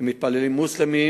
למתפללים מוסלמים,